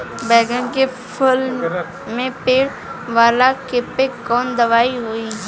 बैगन के फल में पड़े वाला कियेपे कवन दवाई होई?